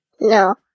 No